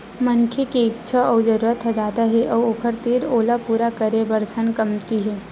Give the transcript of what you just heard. मनखे के इच्छा अउ जरूरत ह जादा हे अउ ओखर तीर ओला पूरा करे बर धन कमती हे